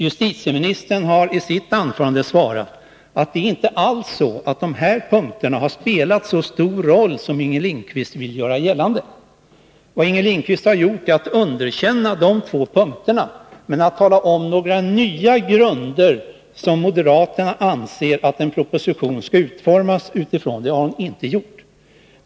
Justitieministern har i sitt anförande svarat att det inte alls är så att de här punkterna har spelat så stor roll som Inger Lindquist vill göra gällande. Vad Inger Lindquist har gjort är att underkänna de två punkterna, men att tala om några nya grunder som moderaterna anser att en proposition skall utformas utifrån har hon inte gjort.